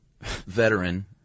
veteran